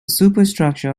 superstructure